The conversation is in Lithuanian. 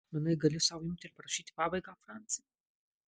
manai gali sau imti ir parašyti pabaigą franci